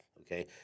okay